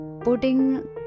putting